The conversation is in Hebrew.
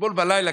אתמול בלילה,